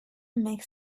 makes